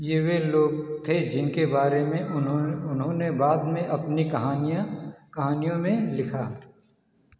ये वे लोग थे जिनके बारे में उन्होंने बाद में अपनी कहानियाँ कहानियों में लिखा